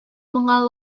моңа